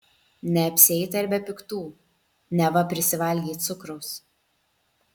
neapsieita ir be piktų neva prisivalgei cukraus